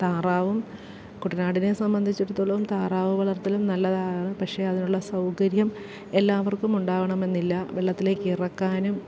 താറാവും കുട്ടനാടിനെ സംബന്ധിച്ചിടത്തോളം താറാവുവളർത്തലും നല്ലതാണ് പക്ഷെ അതിനുള്ള സൗകര്യം എല്ലാവർക്കും ഉണ്ടാകണമെന്നില്ല വെള്ളത്തിലേക്കിറക്കാനും